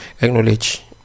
acknowledge